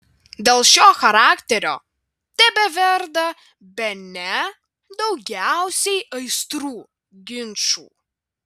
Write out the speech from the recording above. dėl šio charakterio tebeverda bene daugiausiai aistrų ginčų